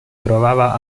trovava